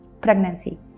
pregnancy